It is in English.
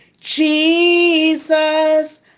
jesus